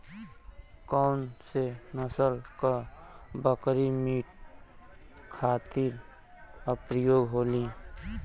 कौन से नसल क बकरी मीट खातिर उपयोग होली?